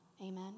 Amen